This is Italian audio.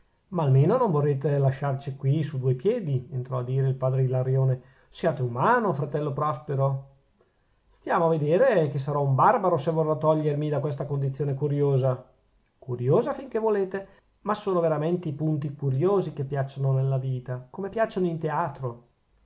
ma almeno non vorrete lasciarci qui su due piedi entrò a dire il padre ilarione siate umano fratello prospero stiamo a vedere che sarò un barbaro se vorrò togliermi da questa condizione curiosa curiosa fin che volete ma sono veramente i punti curiosi che piacciono nella vita come piacciono in teatro